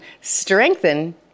strengthen